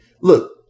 Look